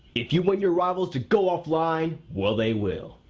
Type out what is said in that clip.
if you want your rivals to go offline, well, they will.